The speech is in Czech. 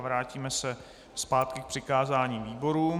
Vrátíme se zpátky k přikázání výborům.